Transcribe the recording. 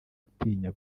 gutinya